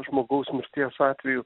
žmogaus mirties atveju